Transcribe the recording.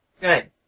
Good